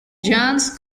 johannes